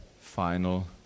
final